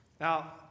Now